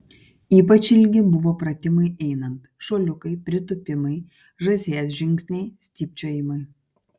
ypač ilgi buvo pratimai einant šuoliukai pritūpimai žąsies žingsniai stypčiojimai